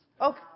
Okay